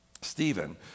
Stephen